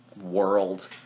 world